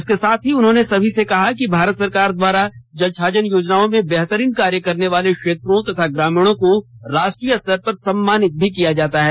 इसके साथ ही उन्होंने सभी से कहा कि भारत सरकार द्वारा जल छाजन योजनाओं में बेहतरीन कार्य करने वाले क्षेत्रों तथा ग्रामीणों को राष्ट्रीय स्तर पर सम्मानित किया जाता है